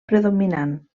predominant